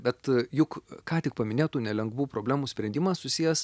bet juk ką tik paminėtų nelengvų problemų sprendimas susijęs